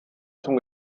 zum